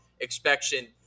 expectation